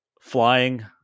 flying